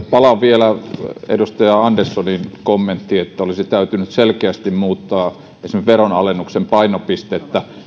palaan vielä edustaja anderssonin kommenttiin että olisi täytynyt selkeästi muuttaa esimerkiksi veronalennuksen painopistettä